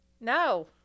no